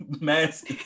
mask